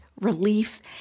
relief